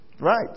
Right